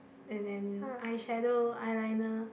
and then eyeshadow eyeliner